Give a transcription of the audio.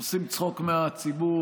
עושים צחוק מהציבור,